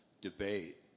debate